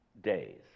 days